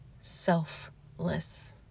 selfless